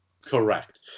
Correct